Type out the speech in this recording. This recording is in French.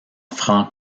franc